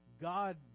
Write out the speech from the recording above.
God